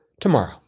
tomorrow